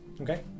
Okay